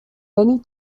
many